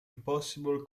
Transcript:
impossibile